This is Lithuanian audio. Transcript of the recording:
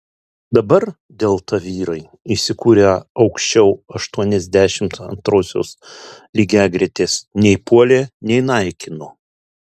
dabar delta vyrai įsikūrę aukščiau aštuoniasdešimt antrosios lygiagretės nei puolė nei naikino